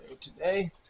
today